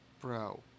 Bro